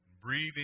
Breathing